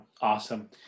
awesome